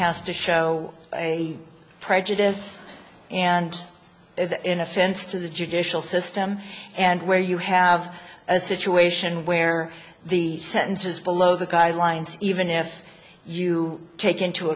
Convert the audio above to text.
has to show a prejudice and is in offense to the judicial system and where you have a situation where the sentence is below the guidelines even if you take into